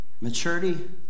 maturity